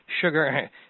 sugar